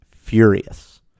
furious